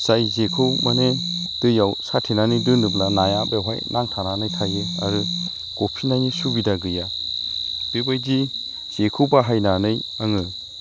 जाय जेखौ माने दैयाव साथेनानै दोनोब्ला नाया बेवहाय नांथानानै थायो आरो गफिननायनि सुबिदा गैया बेबायदि जेखौ बाहायनानै आङो